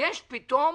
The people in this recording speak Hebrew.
יש פתאום